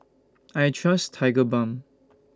I Trust Tigerbalm